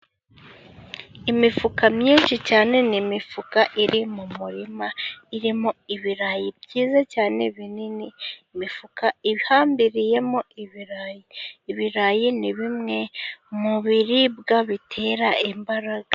Imifuka myinshi cyane ni imifuka iri mu murima irimo ibirayi byiza cyane binini, imifuka ihambiriyemo ibirayi. Ibirayi ni bimwe mu biribwa bitera imbaraga.